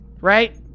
right